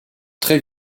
très